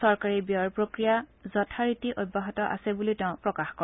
চৰকাৰী ব্যয়ৰ প্ৰক্ৰিয়া যথাৰীতি অব্যাহত আছে বুলিও তেওঁ প্ৰকাশ কৰে